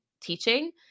teaching